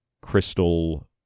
crystal